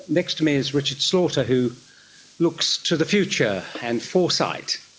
next to me is richard slaughter who looks to the future and foresight.